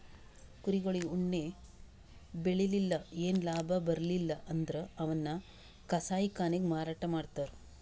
ಕುರಿಗೊಳಿಗ್ ಉಣ್ಣಿ ಬೆಳಿಲಿಲ್ಲ್ ಏನು ಲಾಭ ಬರ್ಲಿಲ್ಲ್ ಅಂದ್ರ ಅವನ್ನ್ ಕಸಾಯಿಖಾನೆಗ್ ಮಾರಾಟ್ ಮಾಡ್ತರ್